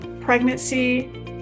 pregnancy